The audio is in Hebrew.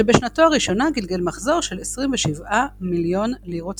שבשנתו הראשונה גלגל מחזור של 27 מיליון ליש"ט